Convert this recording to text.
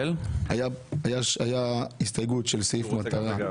הייתה הסתייגות לסעיף מטרה,